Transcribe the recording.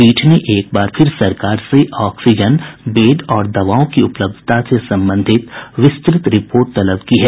पीठ ने एकबार फिर सरकार से ऑक्सीजन बेड और दवाओं की उपलब्धता से संबंधित विस्तृत रिपोर्ट तलब की है